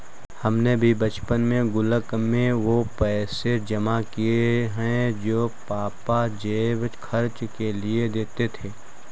हमने भी बचपन में गुल्लक में वो पैसे जमा किये हैं जो पापा जेब खर्च के लिए देते थे